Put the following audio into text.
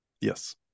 Yes